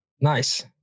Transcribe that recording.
Nice